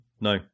no